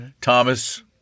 Thomas